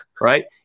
right